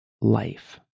life